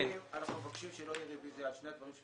אנחנו מבקשים שלא תהיה רביזיה על שני הדברים.